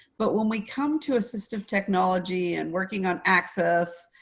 but when we come to assistive technology and working on access,